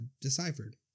deciphered